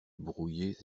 brouillés